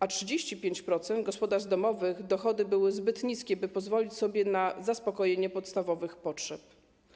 A w 35% gospodarstw domowych dochody były zbyt niskie, by pozwolić sobie na zaspokojenie podstawowych potrzeb.